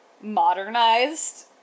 modernized